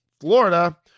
Florida